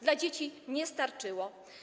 Dla dzieci nie starczyło.